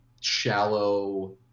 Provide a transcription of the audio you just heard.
shallow